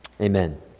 Amen